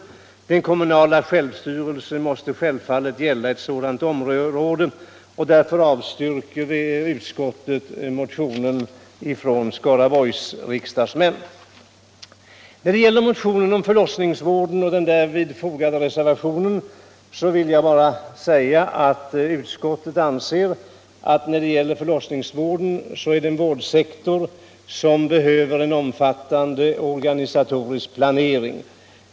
Den kommunala självstyrelsen måste självfallet gälla ett sådant här område. Därför avstyrker vi motionen från Skaraborgs läns riksdagsmän. När det gäller motionen om förlossningsvård och den reservation som den har föranlett vill jag bara säga att utskottet anser att förlossningsvården är en vårdsektor som behöver en omfattande organisatorisk planering.